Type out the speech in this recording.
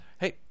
Hey